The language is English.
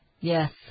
Yes